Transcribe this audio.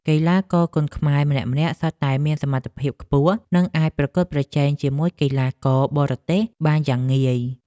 កីឡាករគុណខ្មែរម្នាក់ៗសុទ្ធតែមានសមត្ថភាពខ្ពស់ និងអាចប្រកួតប្រជែងជាមួយកីឡាករបរទេសបានយ៉ាងងាយ។